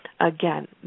again